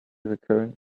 recurrent